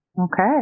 Okay